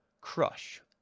Crush